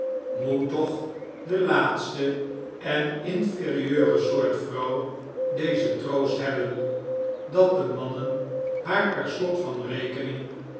moet toch de laatste en inferieure soort vrouw dezen troost hebben dat de mannen haar per slot van rekening